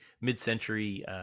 mid-century